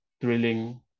thrilling